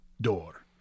door